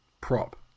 prop